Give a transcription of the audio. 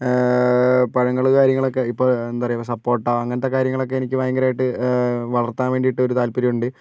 പഴങ്ങൾ കാര്യങ്ങളൊക്കെ ഇപ്പോൾ എന്താ പറയുക സപ്പോട്ട അങ്ങനത്തെ കാര്യങ്ങളൊക്കെ എനിക്ക് ഭയങ്കരമായിട്ട് വളർത്താൻ വേണ്ടിയിട്ടൊരു താത്പര്യം ഉണ്ട്